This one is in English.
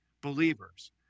believers